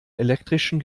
elektrischen